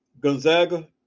Gonzaga